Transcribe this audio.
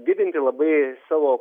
didinti labai savo